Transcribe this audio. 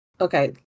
Okay